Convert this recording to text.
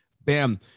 Bam